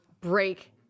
break